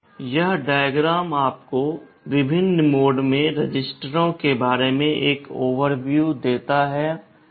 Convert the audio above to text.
यह आरेख आपको विभिन्न मोड में रजिस्टरों के बारे में एक ओवरव्यू देता है